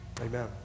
amen